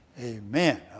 Amen